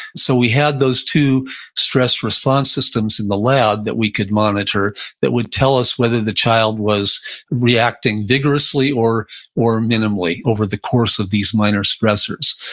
so we had those two stress response systems in the lab that we could monitor that would tell us whether the child was reacting vigorously or or minimally over the course of these minor stressors.